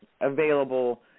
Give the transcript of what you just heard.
available